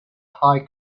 high